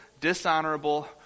dishonorable